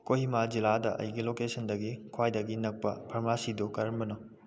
ꯀꯣꯍꯤꯃꯥ ꯖꯤꯂꯥꯗ ꯑꯩꯒꯤ ꯂꯣꯀꯦꯁꯟꯗꯒꯤ ꯈ꯭ꯋꯥꯏꯗꯒꯤ ꯅꯛꯄ ꯐꯥꯔꯃꯥꯁꯤꯁꯗꯨ ꯀꯔꯝꯕꯅꯣ